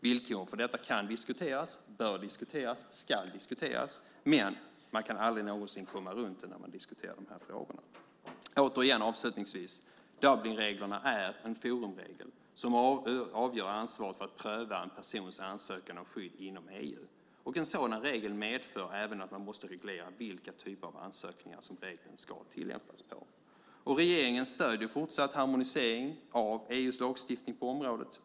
Villkoren för detta kan, bör och ska diskuteras, men man kan aldrig någonsin komma runt det när man diskuterar de här frågorna. Avslutningsvis vill jag återigen säga att Dublinregeln är en forumregel som avgör ansvaret för att pröva en persons ansökan om skydd inom EU. En sådan regel medför även att man måste reglera vilka typer av ansökningar som regeln ska tillämpas på. Regeringen stöder en fortsatt harmonisering av EU:s lagstiftning på området.